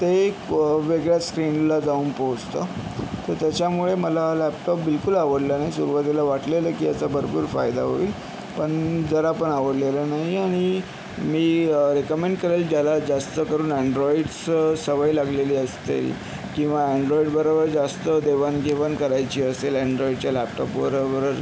ते एक वेगळ्याच स्क्रीनला जाऊन पोहोचतं तर त्याच्यामुळे मला लॅपटॉप बिलकुल आवडला नाही सुरवातीला वाटलेलं की ह्याचा भरपूर फायदा होईल पण जरा पण आवडलेला नाही आणि मी रेकमेंड करेल ज्याला जास्त करून अँन्ड्रॉईडचं सवय लागलेली असते किंवा अँन्ड्रॉईडबरोबर जास्त देवाण घेवाण करायची असेल अँन्ड्रॉईडच्या लॅपटॉपवर वरून